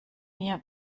mir